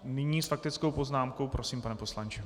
Nyní s faktickou poznámkou prosím, pane poslanče.